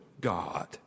God